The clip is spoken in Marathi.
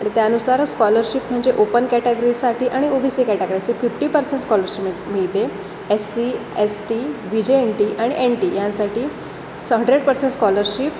आणि त्यानुसार स्कॉलरशिप म्हणजे ओपन कॅटागरीजसाठी आणि ओ बी सी कॅटागरीसाठी फिफ्टी पर्सेंट स्कॉलरशिप मिळते S C S T V J N T आणि एन टी यासाठी हंड्रेड पर्सेंट स्कॉलरशिप